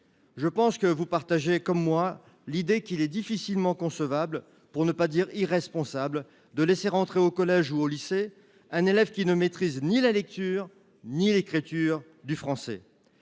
nationale. Vous partagez avec moi l’idée qu’il est difficilement concevable, pour ne pas dire irresponsable, de laisser entrer au collège ou au lycée un élève qui ne maîtrise ni la lecture ni l’écriture du français.